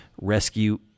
Rescue